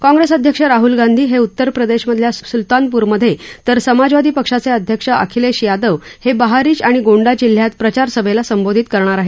काँप्रेस अध्यक्ष राहूल गांधी हे उत्तर प्रदेशमधल्या सुल्तानप्रमधे तर समाजवादी पक्षाचे अध्यक्ष अखिलेश यादव हे बहारिच आणि गोंडा जिल्ह्यात प्रचारसभेला संबोधित करणार आहेत